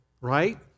right